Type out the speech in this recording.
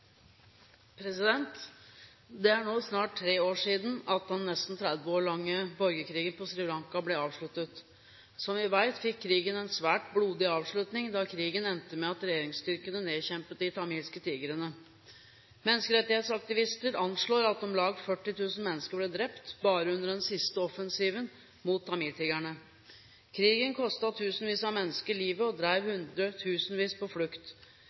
svært blodig avslutning, da krigen endte med at regjeringsstyrkene nedkjempet de tamilske tigrene. Menneskerettighetsaktivister anslår at om lag 40 000 mennesker ble drept bare under den siste offensiven mot tamiltigrene. Krigen kostet tusenvis av mennesker livet og drev hundretusenvis på flukt.